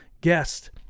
guest